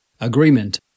agreement